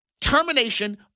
termination